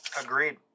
agreed